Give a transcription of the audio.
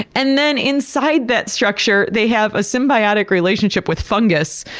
and then inside that structure, they have a symbiotic relationship with fungus.